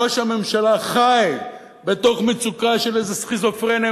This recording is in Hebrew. ראש הממשלה חי בתוך מצוקה של איזה סכיזופרניה: